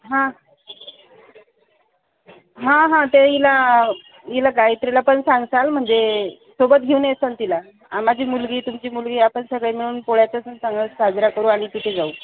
हा हां हां ते हिला हिला गायत्रीला पण सांगशाल म्हणजे सोबत घेऊन येशाल तिला माझी मुलगी तुमची मुलगी आपण सगळे मिळून पोळ्याचा सण चांगला साजरा करू आणि तिथे जाऊ